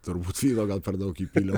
turbūt vyno gal per daug įpyliau